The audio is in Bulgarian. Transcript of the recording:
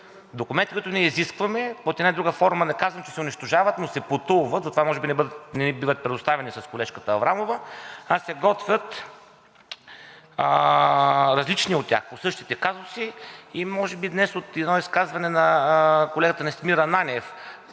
Документите, които ние изискваме, под една или друга форма не казвам, че се унищожават, но се потулват. Затова може би не ни биват предоставени с колежката Аврамова, а се готвят различни от тях по същите казуси и може би днес от едно изказване на колегата Настимир Ананиев